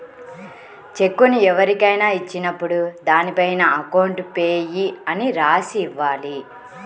చెక్కును ఎవరికైనా ఇచ్చినప్పుడు దానిపైన అకౌంట్ పేయీ అని రాసి ఇవ్వాలి